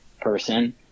person